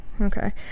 Okay